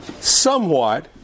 somewhat